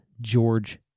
George